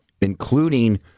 including